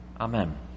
Amen